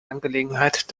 angelegenheit